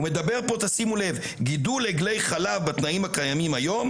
הוא מדבר על גידול עגלי חלב בתנאים הקיימים היום,